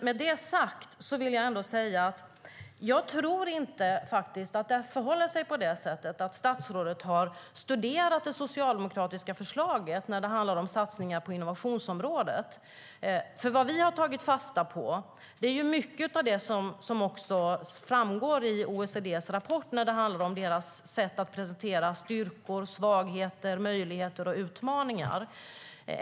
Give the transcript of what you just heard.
Med detta sagt vill jag ändå säga att jag inte tror att det förhåller sig på det sättet att statsrådet har studerat det socialdemokratiska förslaget när det handlar om satsningar på innovationsområdet. Vad vi har tagit fasta på är mycket av det som framgår i OECD:s rapport när det handlar om deras sätt att presentera styrkor, svagheter, möjligheter och utmaningar.